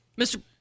Mr